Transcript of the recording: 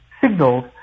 signals